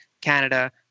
Canada